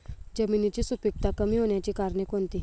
जमिनीची सुपिकता कमी होण्याची कारणे कोणती?